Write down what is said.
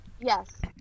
yes